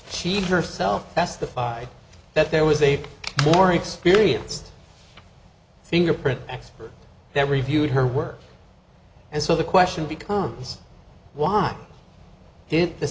she herself testified that there was a more experienced fingerprint expert that reviewed her work and so the question becomes why did the